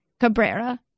Cabrera